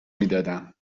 میدادم